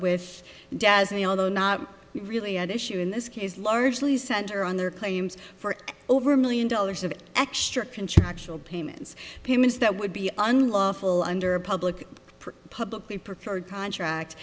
desi although not really an issue in this case largely center on their claims for over a million dollars of extra contractual payments payments that would be unlawful under a public publicly preferred contract